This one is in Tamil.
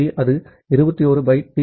பி அது 21 பைட் டி